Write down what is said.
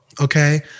Okay